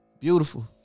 Beautiful